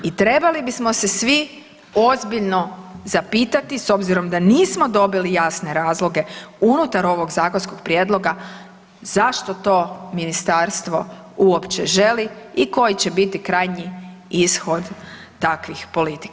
I trebali bismo se svi ozbiljno zapitati s obzirom da nismo dobili jasne razloge unutar ovog zakonskog prijedloga zašto to ministarstvo uopće želi i koji će biti krajnji ishod takvih politika.